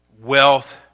wealth